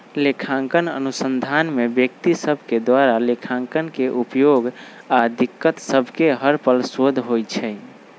लेखांकन अनुसंधान में व्यक्ति सभके द्वारा लेखांकन के उपयोग आऽ दिक्कत सभके हल पर शोध होइ छै